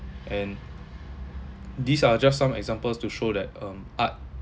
and these are just some examples to show that um art